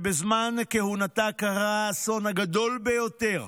שבזמן כהונתה קרה האסון הגדול ביותר